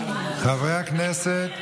חברי הכנסת,